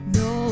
no